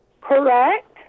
Correct